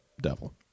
devil